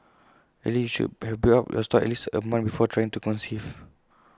ideally you should have built up your stores at least A month before trying to conceive